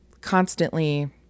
constantly